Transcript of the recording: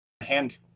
hand